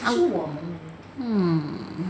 hmm